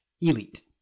Elite